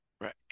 right